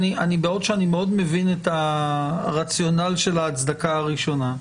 בעוד שאני מאוד מבין את הרציונל של ההצדקה הראשונה,